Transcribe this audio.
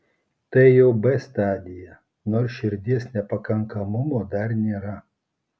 tai jau b stadija nors širdies nepakankamumo dar nėra